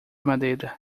madeira